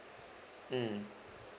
mm